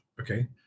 Okay